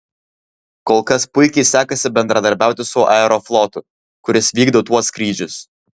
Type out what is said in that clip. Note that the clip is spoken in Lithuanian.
kol kas puikiai sekasi bendradarbiauti su aeroflotu kuris vykdo tuos skrydžius